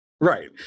Right